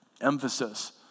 emphasis